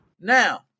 Now